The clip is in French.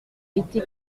été